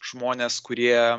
žmonės kurie